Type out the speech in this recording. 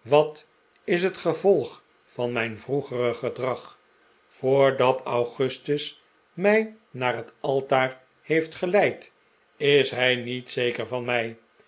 wat is het gevolg van mijn vroegere gedrag voordat augustus mij naar het altaar heeft geleid is hij niet zeker van mij